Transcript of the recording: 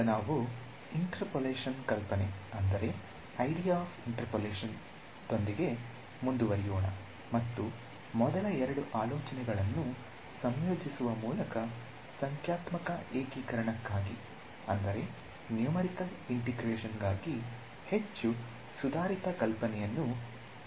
ಈಗ ನಾವು ಇಂಟರ್ಪೋಲೇಷನ್ ಕಲ್ಪನೆ ಯೊಂದಿಗೆ ಮುಂದುವರಿಯೋಣ ಮತ್ತು ಮೊದಲ ಎರಡು ಆಲೋಚನೆಗಳನ್ನು ಸಂಯೋಜಿಸುವ ಮೂಲಕ ಸಂಖ್ಯಾತ್ಮಕ ಏಕೀಕರಣಕ್ಕಾಗಿ ಹೆಚ್ಚು ಸುಧಾರಿತ ಕಲ್ಪನೆಯನ್ನು ಬಳಸಲಿದ್ದೇವೆ